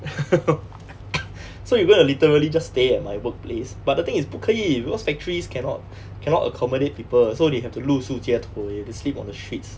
so you gonna literally just stay at my workplace but the thing is 不可以 because factories cannot cannot accommodate people so 你 have to 露宿街头 you have to sleep on the streets